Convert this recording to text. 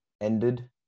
ended